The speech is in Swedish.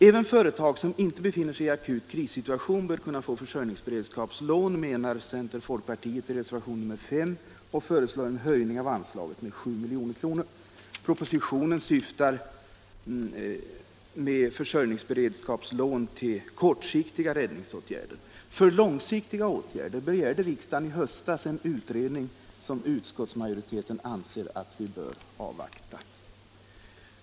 Även företag som inte befinner sig i akut krissituation bör få försörjningsberedskapslån, menar centern och folkpartiet i reservationen 5 och föreslår en höjning av anslagen med 7 milj.kr. Propositionen syftar med försörjningsberedskapslån till kortsiktigare räddningsåtgärder. För långsiktiga åtgärder begärde riksdagen i höstas en utredning, som utskottsmajoriteten anser att vi bör avvakta.